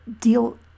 deal